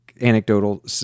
anecdotal